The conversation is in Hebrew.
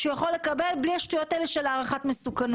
שהוא יכול לקבל בלי השטויות האלה של הערכת מסוכנות.